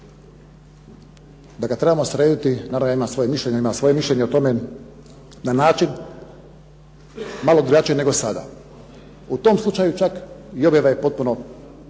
da ga trebamo srediti. Naravno ja imam svoje mišljenje o tome na način malo drugačije nego sada. U tom slučaju čak i objava je potpuno